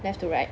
left to right